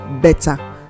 better